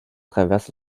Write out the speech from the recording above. traverse